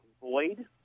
void